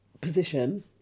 position